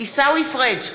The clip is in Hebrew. עיסאווי פריג'